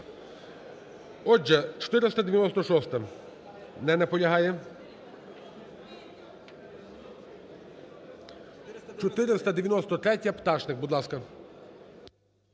Отже, 496-а. Не наполягає. 493-я. Пташник, будь ласка.